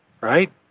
right